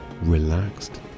relaxed